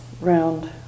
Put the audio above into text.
round